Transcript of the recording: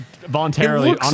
voluntarily